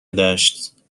دشت